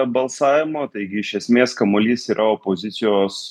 balsavimo taigi iš esmės kamuolys yra opozicijos